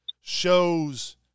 shows